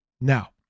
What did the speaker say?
Now